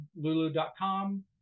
lulu.com